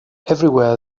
everywhere